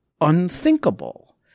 unthinkable